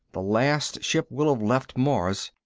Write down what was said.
the last ship will have left mars.